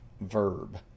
verb